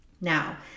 Now